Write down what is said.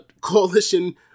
Coalition